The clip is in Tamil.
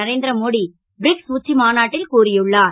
நரேந் ரமோடி பிரிக்ஸ் உச்சி மாநாட்டில் கூறியுளார்